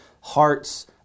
heart's